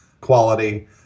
quality